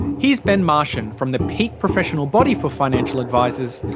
here's ben marshan from the peak professional body for financial advisers,